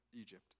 Egypt